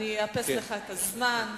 אאפס לך את הזמן.